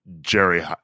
Jerry